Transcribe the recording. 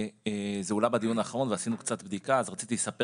זה הועלה בדיון האחרון ועשינו קצת בדיקה אז רציתי לספר